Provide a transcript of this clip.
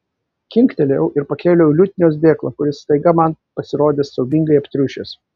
kinktelėjau ir pakėliau liutnios dėklą kuris staiga man pasirodė siaubingai aptriušęs